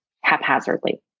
haphazardly